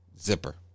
zipper